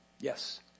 Yes